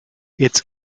its